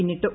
പിന്നിട്ടു